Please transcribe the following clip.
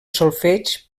solfeig